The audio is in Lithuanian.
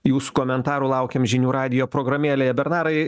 jūsų komentarų laukiam žinių radijo programėlėje bernarai